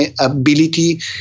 ability